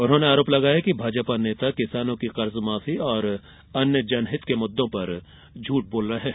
उन्होंने आरोप लगाया कि भाजपा नेता किसानों की कर्ज माफी और अन्य जनहित के मुद्दों पर झूठ बोल रहे हैं